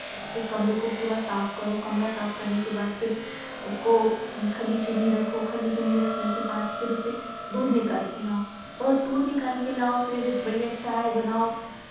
उसके कमरे को पूरा साफ़ करो कमरा साफ़ करने के बाद फिर उसको खली चुनी रखों खली चुनी रखने के बाद फिर उसे दूध निकाल कर लाओ वह दूध निकाल कर लाओ फिर बढ़िया चाय बनाओ